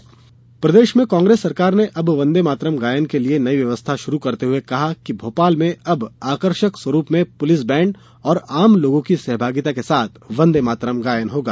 वंदेमातरम गायन प्रदेश में कांग्रेस सरकार ने अब वंदेमातरम गायन के लिए नई व्यवस्था शुरु करते हुए कहा है कि भोपाल में अब आकर्षक स्वरूप में पुलिस बैंड और आम लोगों की सहभागिता के साथ वंदेमातरम गायन होगा